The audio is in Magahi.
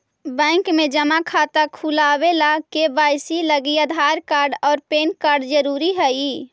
बैंक में जमा खाता खुलावे ला के.वाइ.सी लागी आधार कार्ड और पैन कार्ड ज़रूरी हई